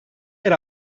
yer